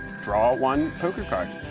draw one poker card.